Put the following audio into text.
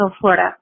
Florida